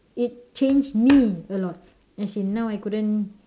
it changed me a lot as in now I couldn't